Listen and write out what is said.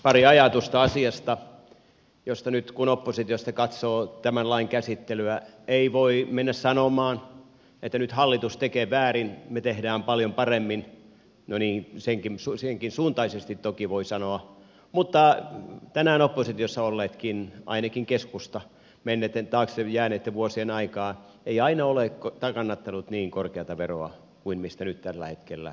pari ajatusta asiasta josta nyt kun oppositiosta katsoo tämän lain käsittelyä ei voi mennä sanomaan että nyt hallitus tekee väärin me teemme paljon paremmin no niin senkinsuuntaisesti toki voi sanoa sillä tänään oppositiossa olleetkaan ainakaan keskusta menneitten taakse jääneitten vuosien aikaan eivät aina ole kannattaneet niin korkeata veroa kuin mistä nyt tällä hetkellä tässä keskustellaan